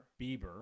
Bieber